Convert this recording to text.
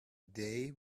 day